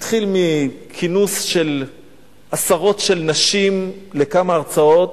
זה התחיל מכינוס של עשרות נשים לכמה הרצאות,